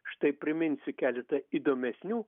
štai priminsiu keletą įdomesnių